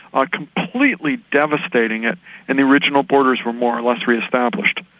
ah completely devastating it and the original borders were more or less re-established.